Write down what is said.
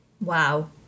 wow